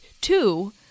two